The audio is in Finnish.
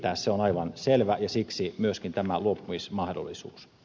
se on aivan selvä ja siksi myöskin tämä luopumismahdollisuus